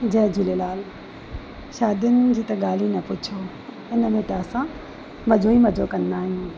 जय झूलेलाल शादीयुनि जी त ॻाल्हि ई न पुछो इन में त असां मज़ो ई मज़ो कंदा आहियूं